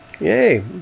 Yay